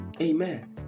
Amen